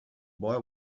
boy